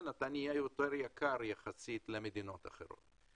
אתה נהיה יותר יקר יחסית למדינות האחרות.